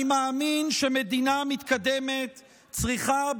אני מאמין שמדינה מתקדמת צריכה,